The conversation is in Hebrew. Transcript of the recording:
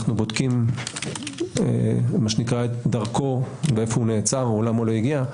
אנו בודקים את דרכו והיכן הוא נעצר או למה לא הגיע.